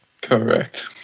Correct